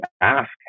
ask